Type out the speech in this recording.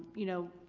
you know,